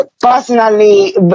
personally